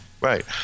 Right